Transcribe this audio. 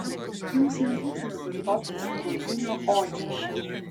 jums nebūtina vartoti tarptautinių odžių